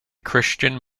christian